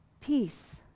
peace